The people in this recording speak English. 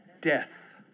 Death